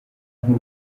nk’u